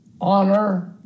honor